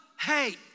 hate